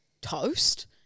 toast